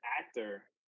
actor